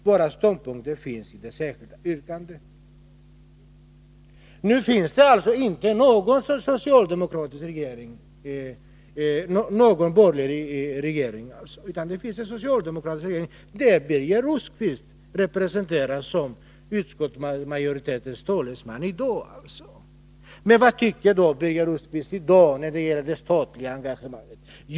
Våra ståndpunkter finns i det särskilda yttrandet.” Nu finns det inte någon borgerlig regering utan en socialdemokratisk regering, och Birger Rosqvist är utskottsmajoritetens talesman i dag. Vad tycker Birger Rosqvist i dag när det gäller det statliga engagemanget?